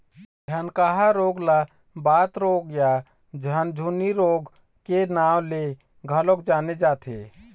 झनकहा रोग ल बात रोग या झुनझनी रोग के नांव ले घलोक जाने जाथे